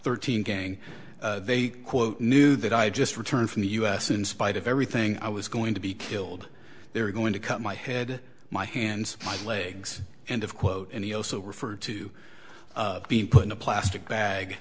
thirteen gang they quote knew that i had just returned from the u s in spite of everything i was going to be killed they were going to cut my head my hands my legs and of quote and he also referred to being put in a plastic bag